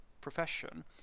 profession